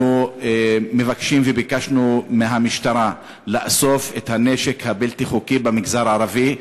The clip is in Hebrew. אנחנו מבקשים וביקשנו מהמשטרה לאסוף את הנשק הבלתי-חוקי במגזר הערבי.